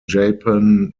japan